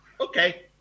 okay